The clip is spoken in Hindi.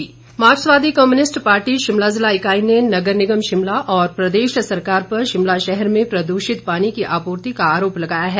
माकपा मार्क्सवादी कम्युनिस्ट पार्टी शिमला जिला इकाई ने नगर निगम शिमला और प्रदेश सरकार पर शिमला शहर में प्रदूषित पानी की आपूर्ति का आरोप लगाया है